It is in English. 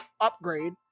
Upgrade